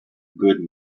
good